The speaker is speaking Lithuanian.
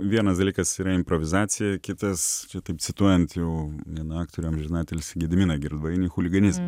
vienas dalykas yra improvizacija kitas čia taip cituojant jau vieną aktorių amžiną atilsį gediminą girdvainį chuliganizmas